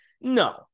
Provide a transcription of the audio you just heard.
No